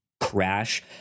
crash